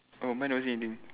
um mine never say anything